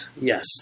yes